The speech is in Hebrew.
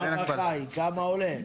כמה עולה?